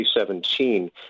2017